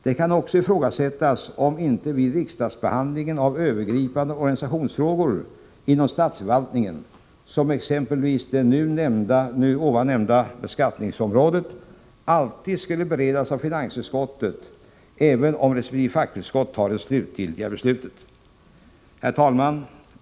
Det kan också ifrågasättas om inte vid riksdagsbehandlingen av övergripande organisationsfrågor inom statsförvaltningen, exempelvis de nu nämnda på beskattningsområdet, dessa alltid skulle beredas av finansutskottet, även om resp. fackutskott fattar det slutliga beslutet. Herr talman!